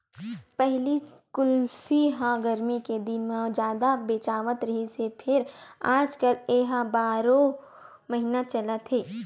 पहिली कुल्फी ह गरमी के दिन म जादा बेचावत रिहिस हे फेर आजकाल ए ह बारो महिना चलत हे